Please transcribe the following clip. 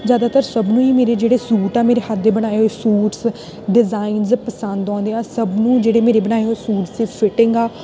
ਜ਼ਿਆਦਾਤਰ ਸਭ ਨੂੰ ਹੀ ਮੇਰੇ ਜਿਹੜੇ ਸੂਟ ਆ ਮੇਰੇ ਹੱਥ ਦੇ ਬਣਾਏ ਹੋਏ ਸੂਟਸ ਡਿਜ਼ਾਇਨਸ ਪਸੰਦ ਆਉਂਦੇ ਆ ਸਭ ਨੂੰ ਜਿਹੜੇ ਮੇਰੇ ਬਣਾਏ ਹੋਏ ਸੂਟ ਅਤੇ ਫਿਟਿੰਗ ਆ